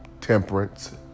temperance